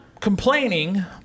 complaining